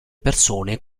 persone